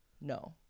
No